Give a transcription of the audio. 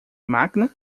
máquina